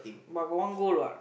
but one goal what